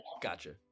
Gotcha